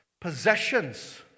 Possessions